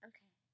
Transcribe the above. Okay